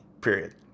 period